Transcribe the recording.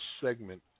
segment